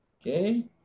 Okay